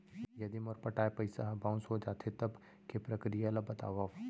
यदि मोर पटाय पइसा ह बाउंस हो जाथे, तब के प्रक्रिया ला बतावव